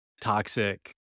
toxic